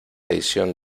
edición